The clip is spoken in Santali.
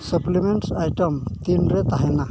ᱥᱟᱯᱞᱤᱢᱮᱱᱴᱥ ᱟᱭᱴᱮᱢᱥ ᱛᱤᱱ ᱨᱮ ᱛᱟᱦᱮᱱᱟ